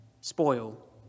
spoil